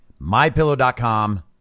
MyPillow.com